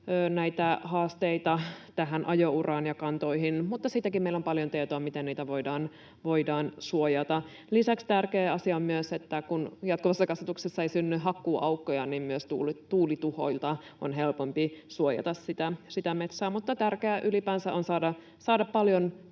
haasteita liittyy ajouraan ja kantoihin, mutta siitäkin meillä on paljon tietoa, miten niitä voidaan suojata. Lisäksi tärkeä asia on myös se, että kun jatkuvassa kasvatuksessa ei synny hakkuuaukkoja, niin myös tuulituhoilta on helpompi suojata sitä metsää. Mutta tärkeää ylipäänsä on saada paljon